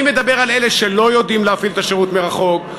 אני מדבר על אלה שלא יודעים להפעיל את השירות מרחוק.